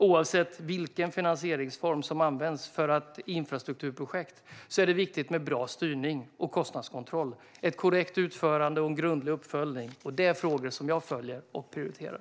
Oavsett vilken finansieringsform som används för ett infrastrukturprojekt är det viktigt med bra styrning och kostnadskontroll, korrekt utförande och grundlig uppföljning. Det är frågor som jag följer och prioriterar.